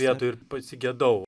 vietoj ir pasigedau